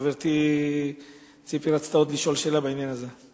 חברתי ציפי רצתה לשאול שאלה בעניין הזה.